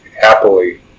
happily